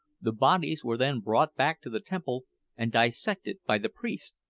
the bodies were then brought back to the temple and dissected by the priest,